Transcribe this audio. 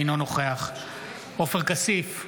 אינו נוכח עופר כסיף,